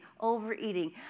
overeating